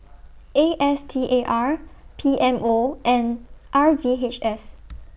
A S T A R P M O and R V H S